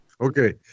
Okay